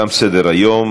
תם סדר-היום,